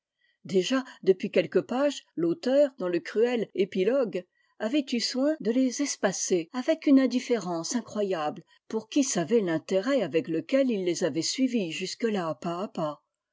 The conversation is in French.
déjà depuis quelques pages l'auteur dans le cruel épilogue avait eu soin de les espa cer m avec une indifférence incroyable pour qui savait l'intérêt avec lequel il les avait suivis jusque là pas à pas